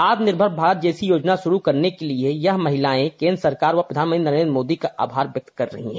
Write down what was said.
आत्मनिर्भर भारत जैसी याजना शुरू करने के लिए यह महिलाएं केंद्र सरकार व प्रधानमंत्री नरेंद्र मोदी का आभार व्यक्त कर रही है